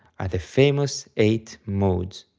are the famous eight modes.